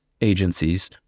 agencies